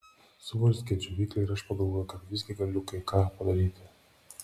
suburzgia džiovyklė ir aš pagalvoju kad visgi galiu kai ką padaryti